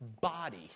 body